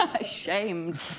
Ashamed